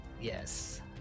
Yes